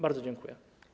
Bardzo dziękuję.